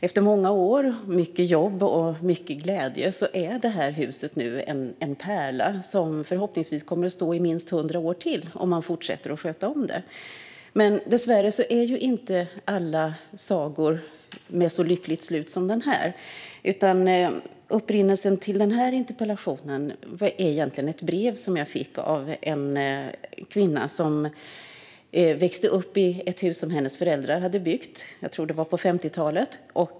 Efter många år, mycket jobb och mycket glädje är detta hus nu en pärla som förhoppningsvis kommer att stå i minst 100 år till om man fortsätter att sköta om det. Dessvärre har inte alla sagor ett lika lyckligt slut som denna. Upprinnelsen till den här interpellationen är egentligen ett brev som jag fick av en kvinna som växte upp i ett hus som hennes föräldrar hade byggt - jag tror att det var på 50-talet.